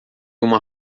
uma